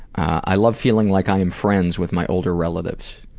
i love feeling like i am friends with my older relatives.